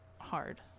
hard